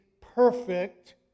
perfect